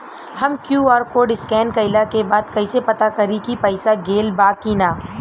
हम QR code scan कइला के बाद कइसे पता करि की पईसा गेल बा की न?